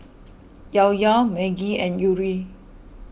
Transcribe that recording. Llao Llao Maggi and Yuri